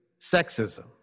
sexism